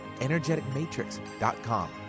energeticmatrix.com